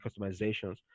customizations